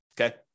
Okay